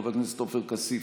חבר הכנסת עופר כסיף,